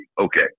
okay